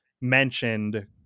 mentioned